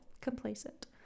Complacent